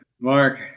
Mark